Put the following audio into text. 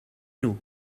nhw